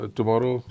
Tomorrow